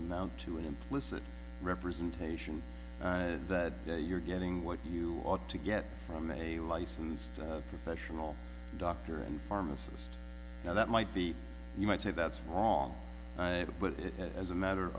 amount to an implicit representation that you're getting what you ought to get from a licensed professional doctor and pharmacist now that might be you might say that's wrong but as a matter